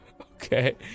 Okay